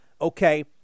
Okay